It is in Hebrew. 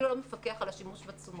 כאילו הוא מפקח על השימוש בתשומות.